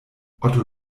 otto